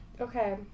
okay